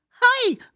hi